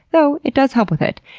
though, it does help with it.